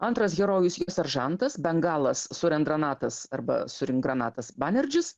antras herojus seržantas bengalas surendranatas arba surink granatas banerdžis